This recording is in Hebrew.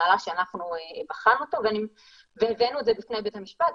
במעלה שאנחנו בחנו והבאנו בפני בית המשפט,